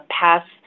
pass